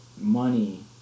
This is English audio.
money